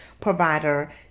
provider